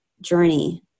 journey